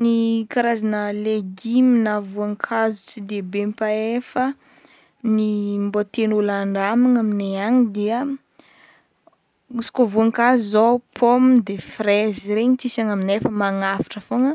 Ny karazana legima na voankazo tsy de be mpahay fa ny mbô tian'ôlo handramagna aminay agny dia misy koa voankazo zao paoma de frezy regny tsisy agny aminay fa magnafatra fogna